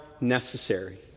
necessary